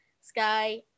sky